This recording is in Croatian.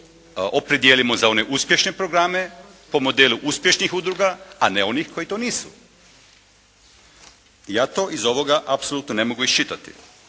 opredijelimo za one uspješne programe po modelu uspješnih udruga a ne onih koji to nisu. Ja to iz ovoga apsolutno ne mogu iščitati.